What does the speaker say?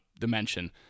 Dimension